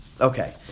Okay